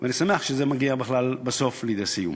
ואני שמח שזה מגיע בסוף לידי סיום.